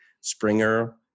Springer